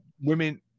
Women